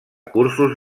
cursos